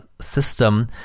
system